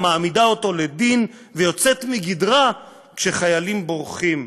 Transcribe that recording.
מעמידה אותו לדין ויוצאת מגדרה כשחיילים בורחים.